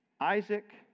Isaac